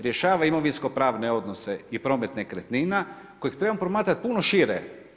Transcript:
Rješava imovinsko-pravne odnose i promet nekretnina kojeg treba promatrati puno šire.